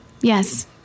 Yes